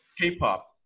K-pop